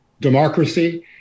democracy